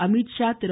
Amit Shah Thiru